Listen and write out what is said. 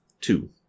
Two